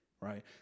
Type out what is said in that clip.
right